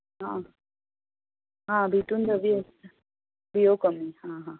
आ आ भितून धवी आसता बियो कमी हा हा